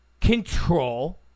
control